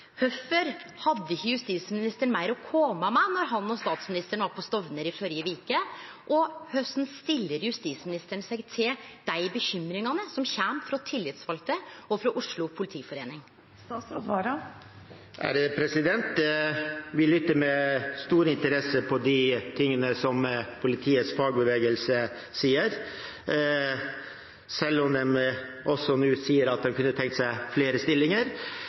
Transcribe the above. Kvifor hadde ikkje justisministeren meir å kome med då han og statsministeren var på Stovner i førre veke, og korleis stiller justisministeren seg til dei bekymringane som kjem frå tillitsvalde og frå Oslo politiforening? Vi lytter med stor interesse på det som politiets fagbevegelse sier, selv om de også sier nå at de kunne tenkt seg